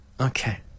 Okay